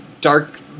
Dark